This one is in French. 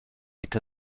est